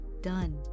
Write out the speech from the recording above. done